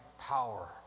power